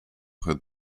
had